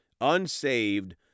unsaved